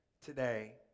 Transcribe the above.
today